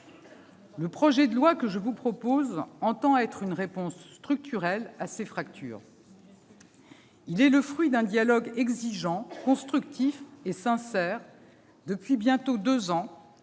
Le projet de loi que je vous propose entend être une réponse structurelle à ces fractures. Il est le fruit d'un dialogue exigeant, constructif et sincère depuis bientôt deux ans